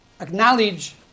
acknowledge